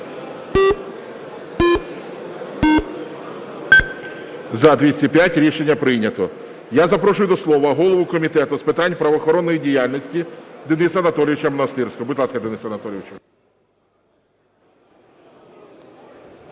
За-205 Рішення прийнято. Я запрошую до слова голову Комітету з питань правоохоронної діяльності Дениса Анатолійовича Монастирського. Будь ласка, Денисе Анатолійовичу.